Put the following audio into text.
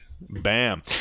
Bam